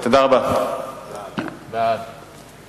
ההצעה להעביר את הנושא